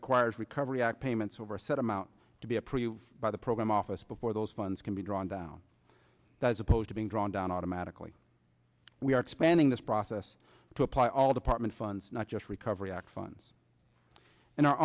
requires recovery act payments over a set amount to be approved by the program office before those funds can be drawn down as opposed to being drawn down automatically we are expanding this process to apply all department funds not just recovery act funds and our